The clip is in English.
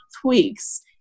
tweaks